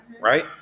right